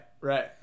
right